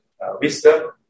wisdom